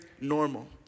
Normal